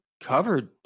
covered